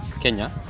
Kenya